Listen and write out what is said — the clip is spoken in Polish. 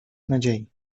nadziei